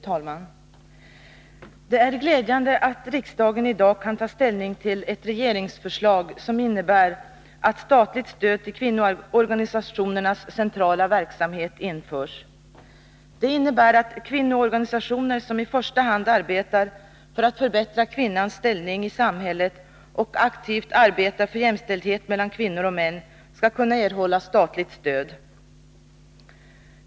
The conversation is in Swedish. Fru talman! Det är glädjande att riksdagen i dag kan ta ställning till ett regeringsförslag som innebär att statligt stöd till kvinnoorganisationernas centrala verksamhet införs. Det innebär att kvinnoorganisationer som i första hand arbetar för att förbättra kvinnans ställning i samhället och aktivt arbetar för jämställdhet mellan kvinnor och män skall kunna erhålla statligt stöd.